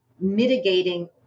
mitigating